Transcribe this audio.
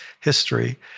history